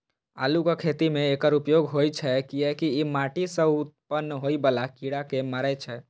आलूक खेती मे एकर उपयोग होइ छै, कियैकि ई माटि सं उत्पन्न होइ बला कीड़ा कें मारै छै